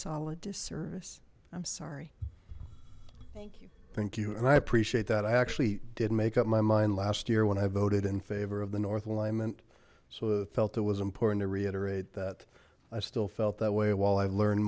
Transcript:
solid disservice i'm sorry thank you thank you and i appreciate that i actually didn't make up my mind last year when i voted in favor of the north alignment so the felt it was important to reiterate that i still felt that way while i've learn